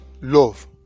love